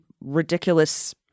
ridiculous